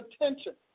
attention